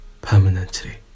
permanently